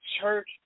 church